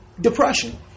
depression